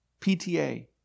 PTA